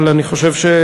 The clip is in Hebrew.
אבל, את יודעת,